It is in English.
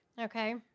Okay